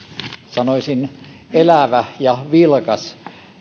elävä ja vilkas